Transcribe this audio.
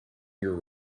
your